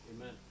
Amen